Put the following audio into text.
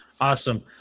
Awesome